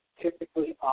typically